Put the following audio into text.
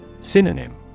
Synonym